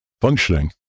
functioning